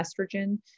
estrogen